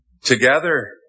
together